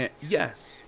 yes